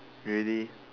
really